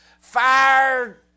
fire